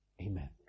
amen